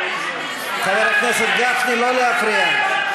חבר הכנסת גפני, לא להפריע.